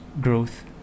growth